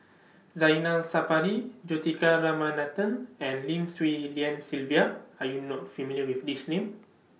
Zainal Sapari Juthika Ramanathan and Lim Swee Lian Sylvia Are YOU not familiar with These Names